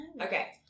Okay